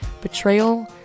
betrayal